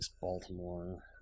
Baltimore